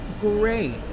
great